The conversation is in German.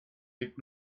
liegt